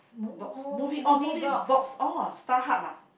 box movie oh movie box oh StarHub ah